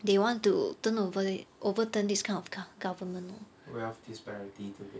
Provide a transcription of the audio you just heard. they want to turn over it overturn this kind of gov~ government lor